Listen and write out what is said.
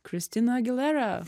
kristina agilera